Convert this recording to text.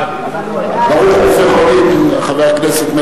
ההצעה להעביר את הצעת חוק